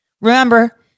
Remember